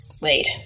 Wait